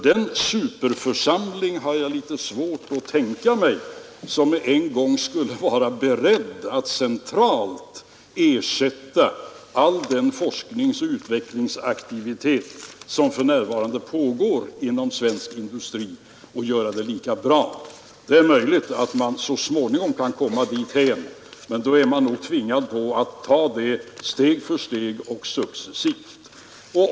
Den superförsamling har jag litet svårt att tänka mig som med en gång skulle vara beredd att centralt ersätta all den forskningsoch utvecklingsaktivitet som för närvarande pågår inom svensk industri, och göra det lika bra. Det är möjligt att man så småningom kan komma dithän, men man är nog tvingad att ta det steg för steg och successivt.